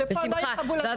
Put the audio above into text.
שפה לא יכבו לנו מיקרופונים.